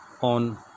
on